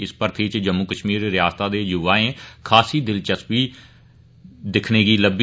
इस भर्थी इच जम्मू कश्मीर रियासता दे युवाएं खासी दिलचस्पी दिक्खने गी लब्बी